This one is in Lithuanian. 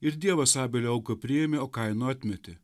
ir dievas abelio auką priėmė o kaino atmetė